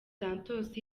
santos